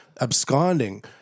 absconding